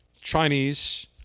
Chinese